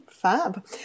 Fab